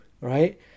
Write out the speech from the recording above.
Right